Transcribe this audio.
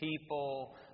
people